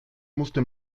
musste